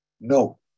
no